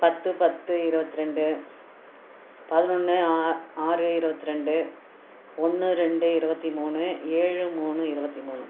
பத்து பத்து இருபத்திரெண்டு பதினொன்று ஆ ஆறு இருபத்திரெண்டு ஒன்னு ரெண்டு இருபத்திமூணு ஏழு மூணு இருபத்திமூணு